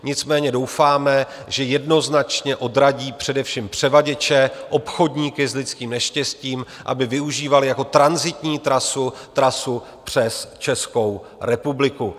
Nicméně doufáme, že jednoznačně odradí především převaděče, obchodníky s lidským neštěstím, aby využívali jako trasu tranzitní trasu přes Českou republiku.